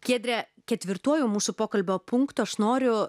giedre ketvirtuoju mūsų pokalbio punktu aš noriu